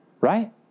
Right